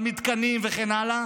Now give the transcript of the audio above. על מתקנים וכן הלאה,